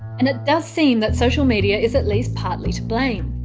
and it does seem that social media is at least partly to blame.